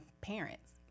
parents